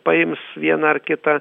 paims vieną ar kitą